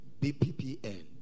BPPN